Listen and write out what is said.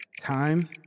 Time